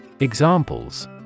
Examples